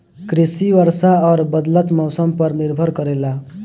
कृषि वर्षा और बदलत मौसम पर निर्भर करेला